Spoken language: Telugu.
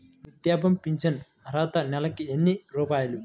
వృద్ధాప్య ఫింఛను అర్హత నెలకి ఎన్ని రూపాయలు?